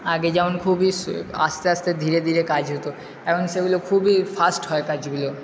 আগে যেমন খুবই আস্তে আস্তে ধীরে ধীরে কাজ হতো এখন সেগুলো খুবই ফাস্ট হয় কাজগুলো